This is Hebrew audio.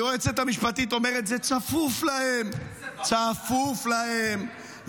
היועצת המשפטית אומרת: זה צפוף להם, צפוף להם.